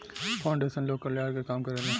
foundation लोक कल्याण के काम करेला